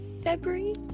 February